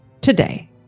today